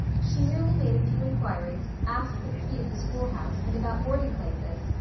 she merely made a few inquiries, asked for the key of the schoolhouse, and about boarding places.